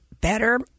better